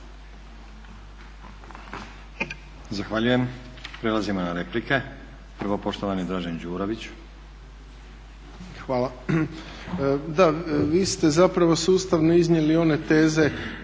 Zahvaljujem. Prelazimo na replike. Prvo poštovani Dražen Đurović. **Đurović, Dražen (HDSSB)** Hvala. Da, vi ste zapravo sustavno iznijeli one teze